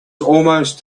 almost